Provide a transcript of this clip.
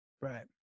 right